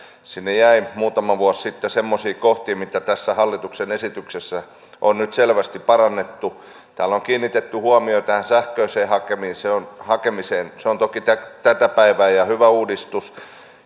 sinne jäi muutama vuosi sitten semmoisia kohtia joita tässä hallituksen esityksessä on nyt selvästi parannettu täällä on on kiinnitetty huomiota tähän sähköiseen hakemiseen se on toki tätä tätä päivää ja hyvä uudistus